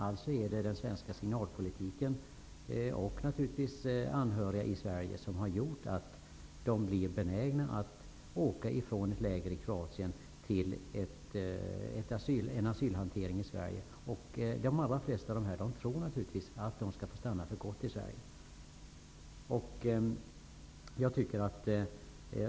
Alltså är det den svenska signalpolitiken och, naturligtvis, anhöriga i Sverige som gjort att de här människorna blivit benägna att lämna sina läger i Kroatien för att åka till Sverige och bli föremål för en asylhantering. De allra flesta av de här människorna tror naturligtvis att de får stanna för gott i Sverige.